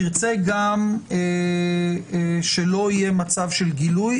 תרצה גם שלא יהיה מצב של גילוי,